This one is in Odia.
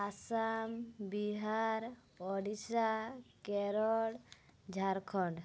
ଆସାମ ବିହାର ଓଡ଼ିଶା କେରଳ ଝାରଖଣ୍ଡ